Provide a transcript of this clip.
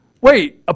wait